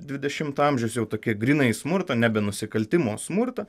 dvidešimto amžius jau tokie grynai smurto nebe nusikaltimo o smurto